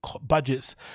budgets